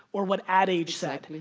or what ad age said,